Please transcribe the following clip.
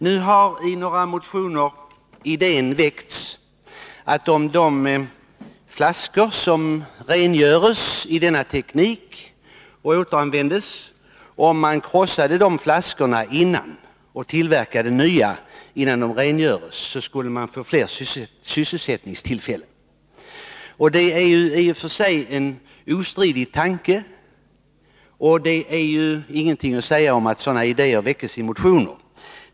Nu har i några motioner väckts idén, att om de flaskor som rengörs med denna teknik och återanvänds i stället skulle krossas och användas för tillverkning av nya flaskor, så skulle man få fler sysselsättningstillfällen. Det är obestridligen en intressant tanke, och det är ingenting att säga om att sådana idéer väcks i motioner.